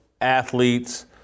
athletes